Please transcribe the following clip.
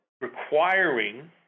requiring